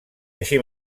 així